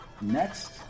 next